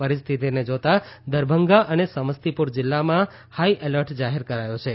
પરિસ્થિતિને જોતાં દરભંગા અને સમસ્તીપુર જિલ્લામાં થઈ હાઈએલર્ટ જાહેર કરાયો છે